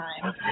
time